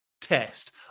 test